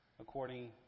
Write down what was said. according